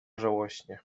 żałośnie